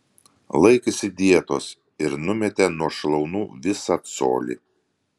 laikėsi dietos ir numetė nuo šlaunų visą colį